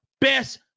best